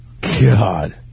God